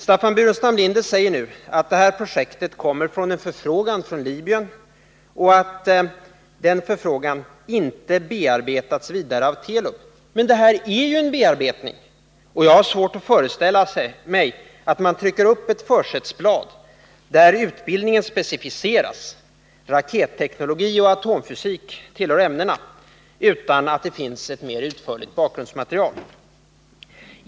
Staffan Burenstam Linder säger nu att detta projekt aktualiserats genom en förfrågan från Libyen men att denna förfrågan inte har ”bearbetats vidare av Telub”. Men detta är ju en bearbetning. Och jag har svårt att föreställa mig att man trycker upp ett försättsblad där utbildningen specificeras — raketteknologi och atomfysik tillhör ämnena — utan att det finns ett mer utförligt bakgrundsmaterial.